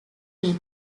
rig